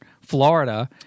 Florida